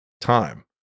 time